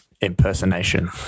impersonation